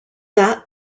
that